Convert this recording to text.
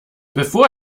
bevor